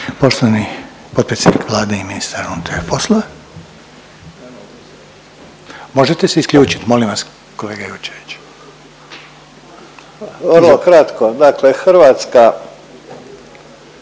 Poštovani potpredsjednik Vlade i ministar unutarnjih poslova. Možete se isključiti molim vas kolega Jurčević.